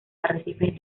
arrecifes